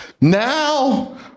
now